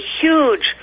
huge